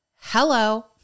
hello